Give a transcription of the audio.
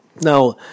Now